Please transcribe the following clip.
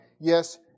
Yes